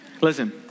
Listen